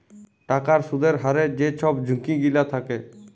টাকার সুদের হারের যে ছব ঝুঁকি গিলা থ্যাকে